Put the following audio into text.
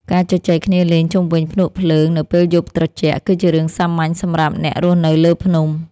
ការជជែកគ្នាលេងជុំវិញភ្នក់ភ្លើងនៅពេលយប់ត្រជាក់ គឺជារឿងសាមញ្ញសម្រាប់អ្នករស់នៅលើភ្នំ។